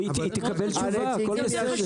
היא תקבל תשובה, הכול בסדר.